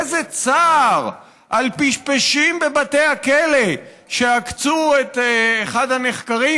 איזה צער על פשפשים בבתי הכלא שעקצו את אחד הנחקרים,